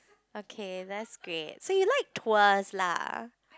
okay that's great so you like tours lah